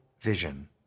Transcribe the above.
vision—